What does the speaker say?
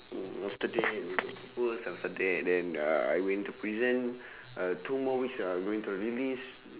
mm after that we got pr~ propose after that then uh I go into prison uh two more weeks I going to release